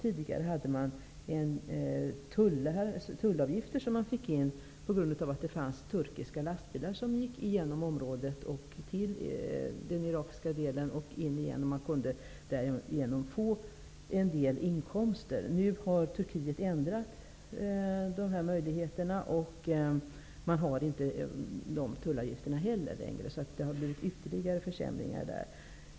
Tidigare fick man in tullavgifter från turkiska lastbilar som gick genom området till den irakiska delen. Nu har Turkiet ändrat färdvägarna, och man får inte in dessa tullavgifter längre. Det har alltså blivit ytterligare försämringar.